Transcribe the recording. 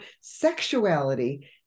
sexuality